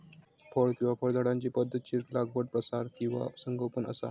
फळ किंवा फळझाडांची पध्दतशीर लागवड प्रसार किंवा संगोपन असा